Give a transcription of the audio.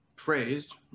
praised